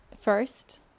first